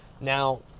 Now